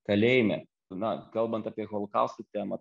kalėjime na kalbant apie holokausto temą